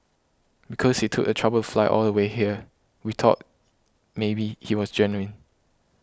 because he took the trouble fly all the way here we thought maybe he was genuine